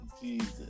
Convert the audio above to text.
Jesus